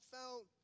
found